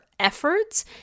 Efforts